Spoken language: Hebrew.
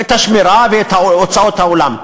את השמירה ואת הוצאות האולם,